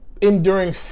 enduring